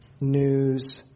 news